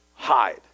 hide